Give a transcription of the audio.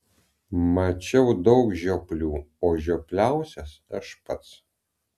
mačiau daug žioplių o žiopliausias aš pats